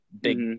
big